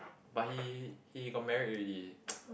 but he he got married already